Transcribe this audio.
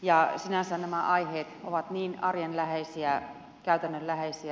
ja sinänsä nämä aiheet ovat niin arjen läheisiä käytännönläheisiä